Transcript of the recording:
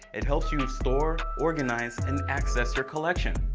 it helps you store, organize, and access your collection.